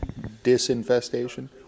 Disinfestation